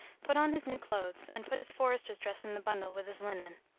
put on his new clothes, and put his forester's dress in the bundle with his linen.